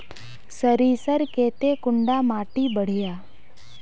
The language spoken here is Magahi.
सरीसर केते कुंडा माटी बढ़िया?